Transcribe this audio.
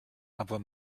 aber